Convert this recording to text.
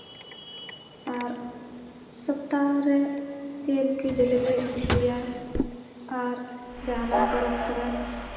ᱟᱨ ᱥᱚᱯᱛᱟᱦᱚ ᱨᱮ ᱡᱤᱞ ᱠᱤ ᱵᱮᱹᱞᱮ ᱞᱮ ᱩᱛᱩᱭᱟ ᱟᱨ ᱡᱟᱦᱟᱱᱟᱜ ᱯᱚᱨᱚᱵᱽ ᱠᱚᱨᱮ